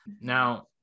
Now